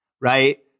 right